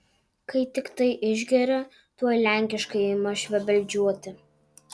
kai tiktai išgeria tuoj lenkiškai ima švebeldžiuoti